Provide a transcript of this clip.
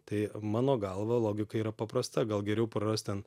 tai mano galva logika yra paprasta gal geriau prarast ten